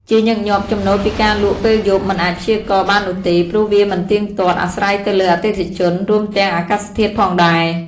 ជាញឹកញាប់ ចំណូលពីការលក់ពេលយប់ មិនអាចព្យាករណ៍បាននោះទេ ព្រោះវាមិនទៀងទាត់ អាស្រ័យទៅលើអតិថិជន រួមទាំងអាកាសធាតុផងដែរ។